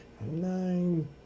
Nine